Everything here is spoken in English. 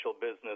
business